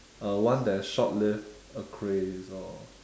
uh one that is short lived a craze or